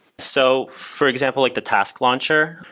so for example, like the task launcher,